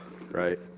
right